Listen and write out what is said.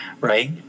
right